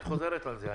את חוזרת על זה.